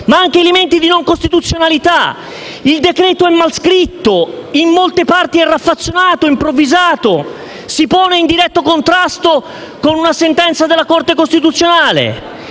ma anche di non costituzionalità. Il decreto-legge è mal scritto, in molte parti è raffazzonato e improvvisato e si pone in diretto contrasto con una sentenza della Corte costituzionale.